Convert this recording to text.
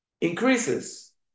increases